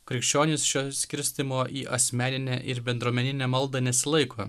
krikščionys šio skirstymo į asmeninę ir bendruomeninę maldą nesilaiko